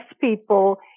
people